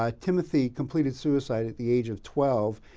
ah timothy completed suicide at the age of twelve.